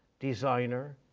designer,